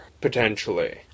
potentially